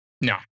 No